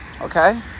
okay